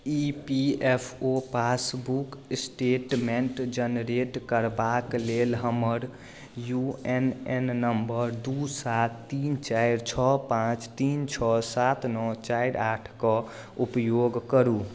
ई P F O passbook statement generate करबाक लेल हमर यू एन एन नम्बर दू सात तीन चारि छओ पाँच तीन छओ सात नओ चारि आठके उपयोग करू